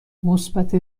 مثبت